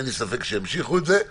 אין לי ספק שהם ימשיכו את זה.